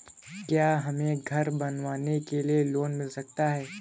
क्या हमें घर बनवाने के लिए लोन मिल सकता है?